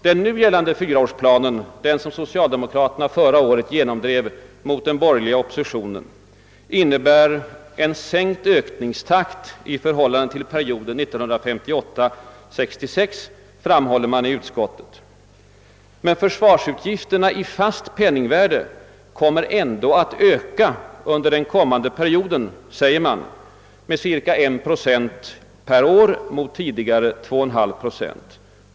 Den nu gällande fyraårsplanen, den som socialdemokraterna förra året genomdrev mot den borgerliga oppositionen, innebär en sänkt ökningstakt i förhållande till perioden 1958—1966, framhåller man i utskottet, men försvarsutgifterna i fast penningvärde kommer ändå att öka under den kommande perioden, säger man, med cirka 1 procent per år mot tidigare 2,5 procent.